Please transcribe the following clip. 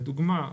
לדוגמה,